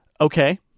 okay